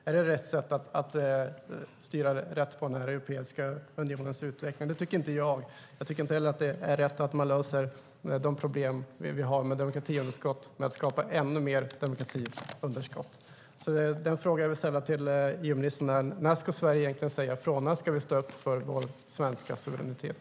Är det rätt sätt att styra den europeiska unionens utveckling åt rätt håll? Det tycker inte jag. Jag tycker inte heller att det är rätt att man löser de problem vi har med demokratiunderskott genom att skapa ännu mer demokratiunderskott. Den fråga jag vill ställa till EU-ministern är: När ska Sverige egentligen säga ifrån? När ska vi stå upp för vår svenska suveränitet?